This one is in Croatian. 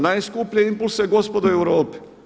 Najskuplje impulse gospodo u Europi.